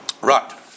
right